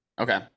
Okay